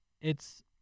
it's-